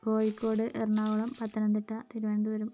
Kozhikode Ernakulam Pathanamthitta Thiruvananthapuram